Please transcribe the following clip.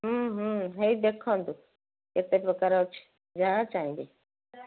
ହେଇ ଦେଖନ୍ତୁ କେତେ ପ୍ରକାର ଅଛି ଯାହା ଚାହିଁବେ